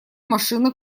машина